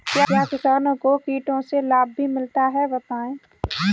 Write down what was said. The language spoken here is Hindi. क्या किसानों को कीटों से लाभ भी मिलता है बताएँ?